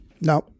No